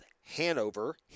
Hanover